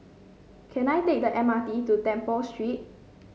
can I take the M R T to Temple Street